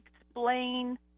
explain